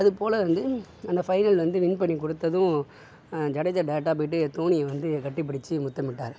அது போலே வந்து அந்த ஃபைனல் வந்து வின் பண்ணி கொடுத்ததும் ஜடேஜா டைரக்டா போயிட்டு தோனியை வந்து கட்டிபிடிச்சு முத்தமிட்டார்